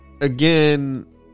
again